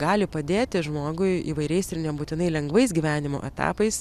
gali padėti žmogui įvairiais ir nebūtinai lengvais gyvenimo etapais